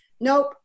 nope